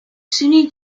sunni